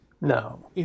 No